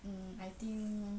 um I think